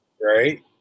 right